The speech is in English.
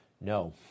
No